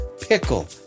Pickle